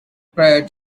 prior